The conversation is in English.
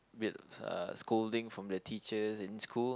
with uh scolding from the teachers in school